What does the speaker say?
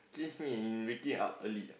change me in waking up early ah